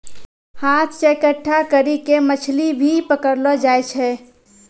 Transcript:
हाथ से इकट्ठा करी के मछली भी पकड़लो जाय छै